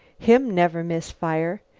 him never miss fire.